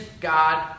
God